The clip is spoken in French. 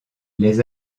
les